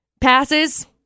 passes